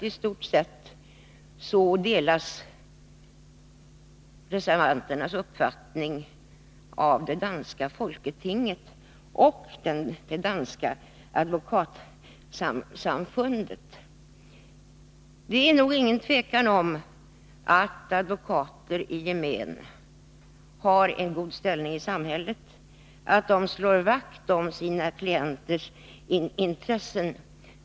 I stort sett delas reservanternas uppfattning av det danska folketinget och det danska advokatsamfundet. Det är ingen tvekan om att advokater i gemen har en god ställning i samhället och att de slår vakt om sina klienters intressen.